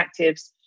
actives